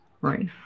Right